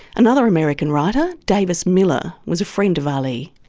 another american writer, davis miller, was a friend of ali.